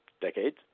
decades